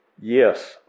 Yes